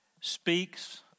speaks